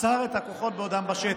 ועצר את הכוחות בעודם בשטח.